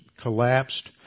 collapsed